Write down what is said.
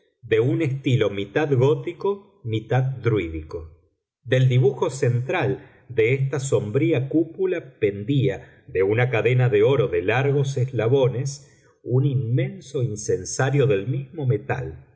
de un estilo mitad gótico mitad druídico del dibujo central de esta sombría cúpula pendía de una cadena de oro de largos eslabones un inmenso incensario del mismo metal